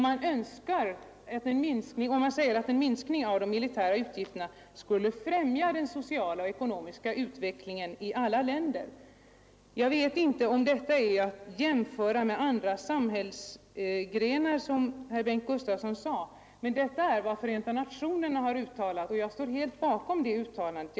Man säger att en minskning av de militära utgifterna skulle främja den sociala och ekonomiska utvecklingen i alla länder. Jag vet inte om detta är att jämföra med andra samhällsgrenar, som herr Bengt Gustavsson sade, Förenta nationerna har uttalat sin uppfattning om rustningarna så, och jag står helt bakom det uttalandet.